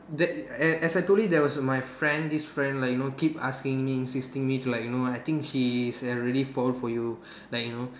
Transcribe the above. that as as I told you there was my friend this friend like you know keep asking me insisting me to like you know I think she is already fall for you like you know